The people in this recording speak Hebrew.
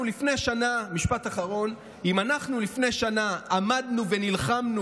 משפט אחרון: אם אנחנו לפני שנה עמדנו ונלחמנו